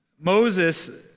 Moses